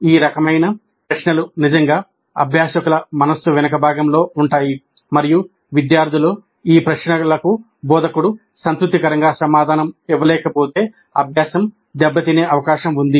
ఈ రకమైన ప్రశ్నలు నిజంగా అభ్యాసకుల మనస్సు వెనుక భాగంలో ఉంటాయి మరియు విద్యార్థుల ఈ ప్రశ్నలకు బోధకుడు సంతృప్తికరంగా సమాధానం ఇవ్వలేకపోతే అభ్యాసం దెబ్బతినే అవకాశం ఉంది